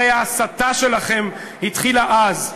הרי ההסתה שלכם התחילה אז.